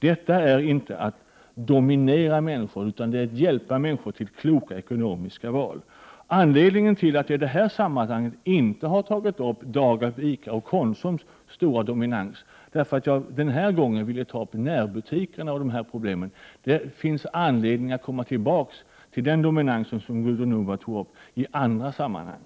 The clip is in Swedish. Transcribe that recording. Det är inte att dominera människor, utan det är att hjälpa människor till kloka ekonomiska val. Denna gång vill jag ta upp närbutikerna. Det finns dock anledning att återkomma i andra sammanhang till de problem som Gudrun Norberg tog upp, med DAGABS, ICA:s och Konsums stora dominans.